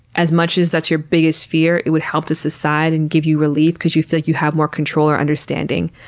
as much as that's your biggest fear, it would help to subside and give you relief because you feel like you have more control or understanding.